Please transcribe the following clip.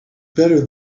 better